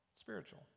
Spiritual